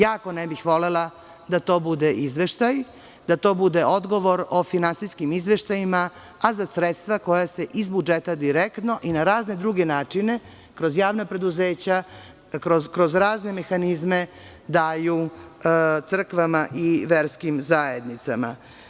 Jako ne bih volela da to bude odgovor o finansijskih izveštajima, a za sredstva koja se iz budžeta direktno i na razne druge načine, kroz javna preduzeća, kroz razne mehanizme, daju crkvama i verskim zajednicama.